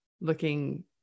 looking